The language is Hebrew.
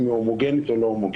אם היא הומוגנית או לא הומוגנית.